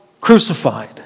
crucified